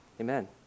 Amen